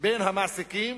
בין המעסיקים